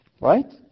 Right